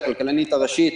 הכלכלנית הראשית,